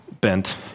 bent